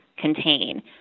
Contain